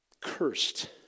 cursed